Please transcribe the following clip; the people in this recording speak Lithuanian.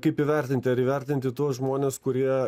kaip įvertinti ar įvertinti tuos žmones kurie